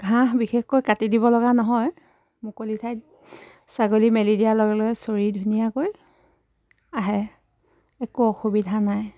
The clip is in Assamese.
ঘাঁহ বিশেষকৈ কাটি দিব লগা নহয় মুকলি ঠাইত ছাগলী মেলি দিয়াৰ লগে লগে চৰি ধুনীয়াকৈ আহে একো অসুবিধা নাই